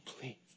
please